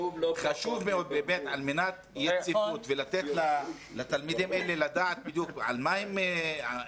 כדי לתת לתלמידים האלה יציבות ולדעת בדיוק מה הם ילמדו,